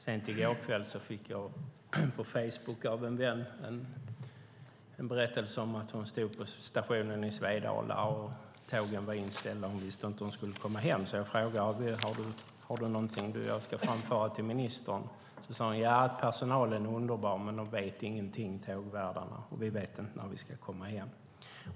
Sent i går kväll fick jag av en vän på Facebook en berättelse om att hon stod på stationen i Svedala där tågen var inställda och hon inte visste hur hon skulle komma hem. Jag frågade: Är det någonting du vill att jag ska framföra till ministern? Då sade hon: Ja, personalen är underbar, men tågvärdarna vet ingenting, och vi vet inte när vi ska komma hem.